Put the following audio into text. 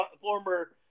former